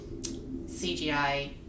CGI